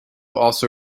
also